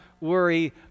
worry